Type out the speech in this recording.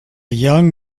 young